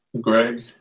Greg